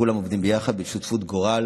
כולם עובדים יחד בשותפות גורל